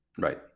Right